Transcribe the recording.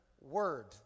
word